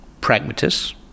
pragmatists